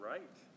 Right